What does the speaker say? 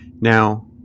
Now